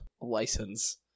license